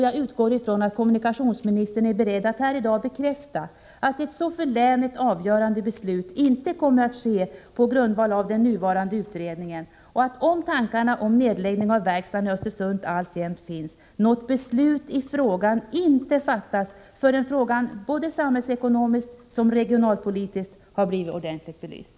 Jag utgår ifrån att kommunikationsministern är beredd att här i dag bekräfta att ett för länet så avgörande beslut som det nu gäller inte kommer att fattas på grundval av den nuvarande utredningen och att, om tankarna om nedläggning av verkstaden i Östersund alltjämt finns, något beslut i frågan inte tas förrän frågan såväl samhällsekonomiskt som regionalpolitiskt blivit ordentligt belyst.